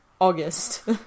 August